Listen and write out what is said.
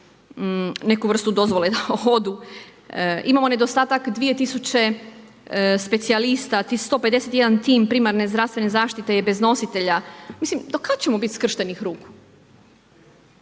neku vrstu dozvole da odu. Imamo nedostatak 2000 specijalista, 151 tim primarne zdravstvene zaštite je bez nositelja, mislim do kad ćemo biti skrštenih ruku?